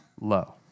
low